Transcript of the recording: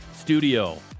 Studio